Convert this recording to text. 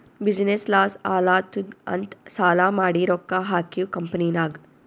business loss ಆಲಾತ್ತುದ್ ಅಂತ್ ಸಾಲಾ ಮಾಡಿ ರೊಕ್ಕಾ ಹಾಕಿವ್ ಕಂಪನಿನಾಗ್